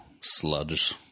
sludge